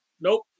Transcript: Nope